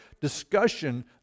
discussion